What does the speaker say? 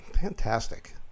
Fantastic